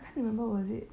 I can't remember was it